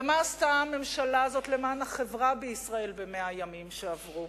ומה עשתה הממשלה הזאת למען החברה בישראל ב-100 הימים שעברו?